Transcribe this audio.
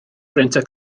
brintio